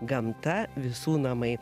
gamta visų namai